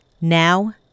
Now